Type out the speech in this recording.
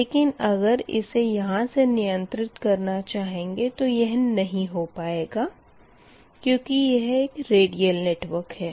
लेकिन अगर इसे यहाँ से नियंत्रित करना चाहेंगे तो यह नही हो पाएगा क्यूँकि यह रेडियल नेटवर्क है